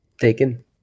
taken